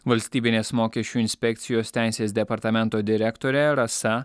valstybinės mokesčių inspekcijos teisės departamento direktorė rasa